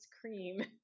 cream